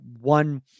one